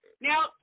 Now